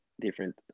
different